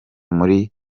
muri